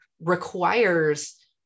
requires